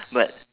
but